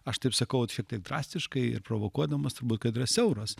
aš taip sakau šiek tiek drastiškai ir provokuodamas kad yra siauras